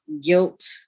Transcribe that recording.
guilt